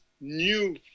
new